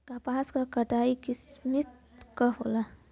कपास क कई किसिम क होला